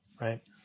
Right